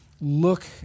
look